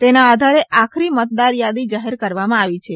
તેના આધારે આખરી મતદારયાદી જાહેર કરવામાં આવી છે